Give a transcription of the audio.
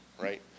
right